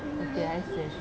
okay I see